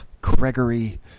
Gregory